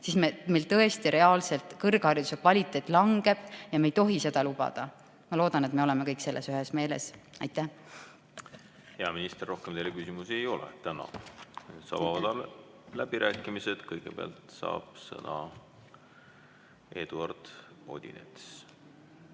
siis meil tõesti reaalselt kõrghariduse kvaliteet langeb ja seda me ei tohi lubada. Ma loodan, et me oleme kõik selles ühel meelel. Hea minister, rohkem teile küsimusi ei ole. Tänan! Saame avada läbirääkimised. Kõigepealt saab sõna Eduard Odinets.